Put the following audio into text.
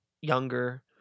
younger